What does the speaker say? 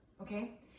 Okay